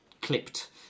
clipped